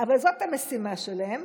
אבל זאת המשימה שלהם,